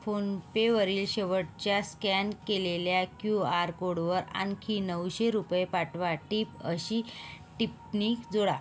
फोनपेवरील शेवटच्या स्कॅन केलेल्या Q R कोडवर आणखी नऊशे रुपये पाठवा टिप अशी टिप्पणी जोडा